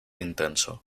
intenso